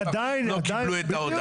השאלה כמה לא קיבלו את ההודעה.